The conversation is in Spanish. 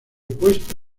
puesto